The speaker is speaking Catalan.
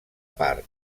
part